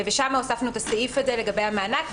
שם הוספנו את הסעיף הזה לגבי המענק,